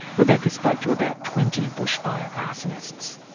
rebekah spoke to about twenty bushfire arsonists.